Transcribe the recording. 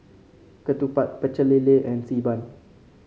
Ketupat Pecel Lele and Xi Ban